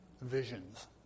visions